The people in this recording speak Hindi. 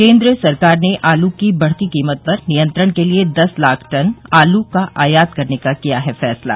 केन्द्र सरकार ने आलू की बढ़ती कीमत पर नियंत्रण के लिए दस लाख टन आलू का आयात करने का किया है फैसला